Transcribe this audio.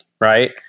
right